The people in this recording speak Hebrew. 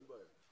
אין בעיה.